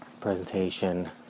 presentation